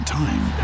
time